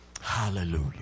Hallelujah